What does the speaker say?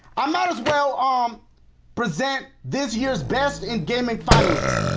i might as well um present this year's best in gaming finalists.